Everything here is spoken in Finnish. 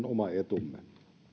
oma etumme